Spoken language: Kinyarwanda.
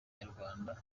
nyarwanda